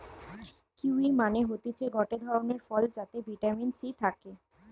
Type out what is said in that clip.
kiwi মানে হতিছে গটে ধরণের ফল যাতে ভিটামিন সি থাকে